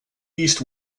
east